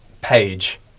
page